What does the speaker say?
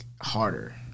harder